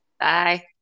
Bye